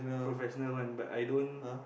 professional one but I don't